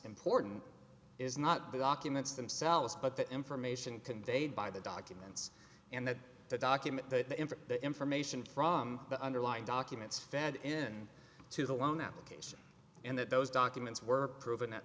important is not the documents themselves but the information conveyed by the documents and that the document that in fact the information from the underlying documents fed in to the loan application and that those documents were proven